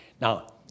Now